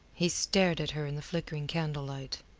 he stared at her in the flickering candlelight.